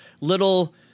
little